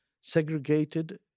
segregated